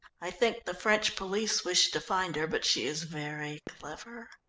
i think the french police wish to find her, but she is very clever.